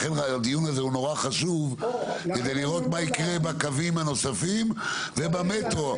לכן הדיון הזה נורא חשוב לראות מה קורה בקווים הנוספים ובמטרו,